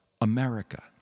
America